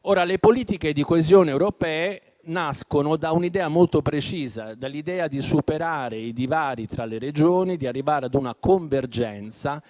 Le politiche di coesione europee nascono dall'idea molto precisa di superare i divari tra le Regioni, di arrivare ad una convergenza